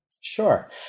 Sure